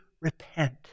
repent